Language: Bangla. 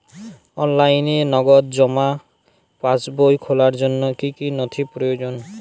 অনলাইনে নগদ জমা পাসবই খোলার জন্য কী কী নথি প্রয়োজন?